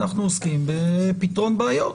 אנחנו עוסקים בפתרון בעיות.